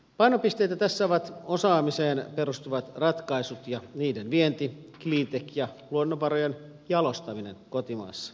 painopisteitä tässä ovat osaamiseen perustuvat ratkaisut ja niiden vienti cleantech ja luonnonvarojen jalostaminen kotimaassa